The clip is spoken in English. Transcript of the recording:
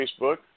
Facebook